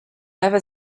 never